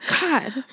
God